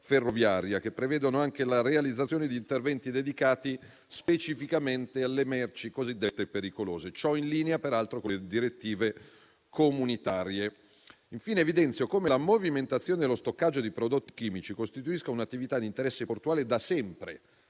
che prevedono anche la realizzazione di interventi dedicati specificamente alle merci cosiddette pericolose e ciò in linea, peraltro, con le direttive comunitarie. Infine, evidenzio come la movimentazione e lo stoccaggio di prodotti chimici costituiscano attività di interesse portuale da sempre